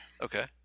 okay